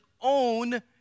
own